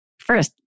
first